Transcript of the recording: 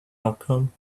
outcome